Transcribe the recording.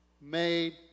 made